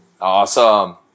Awesome